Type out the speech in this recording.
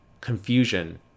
Confusion